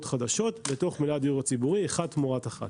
חדשות בתוך הדיור הציבורי אחד תמורת אחד.